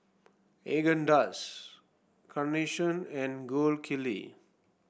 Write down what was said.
Haagen Dazs Carnation and Gold Kili